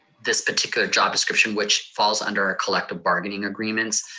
this particular job description, which falls under our collective bargaining agreements,